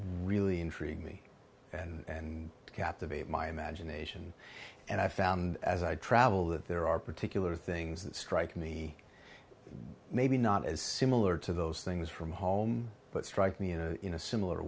really intrigued me and captivate my imagination and i found as i travel that there are particular things that strike me maybe not as similar to those things from home but strike me in a similar